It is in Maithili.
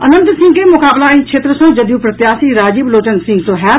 अनंत सिंह के मोकाबला एहि क्षेत्र सॅ जदयू प्रत्याशी राजीव लोचन सिंह सॅ होयत